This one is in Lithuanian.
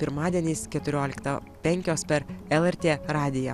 pirmadieniais keturioliktą penkios per lrt radiją